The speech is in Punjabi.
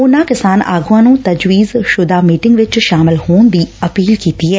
ਉਨਾਂ ਕਿਸਾਨ ਆਗੂਆਂ ਨੂੰ ਤਜਵੀਜ਼ਸੁਦਾ ਮੀਟਿੰਗ ਵਿਚ ਸ਼ਾਮਲ ਹੋਣ ਦੀ ਅਪੀਲ ਕੀਤੀ ਏ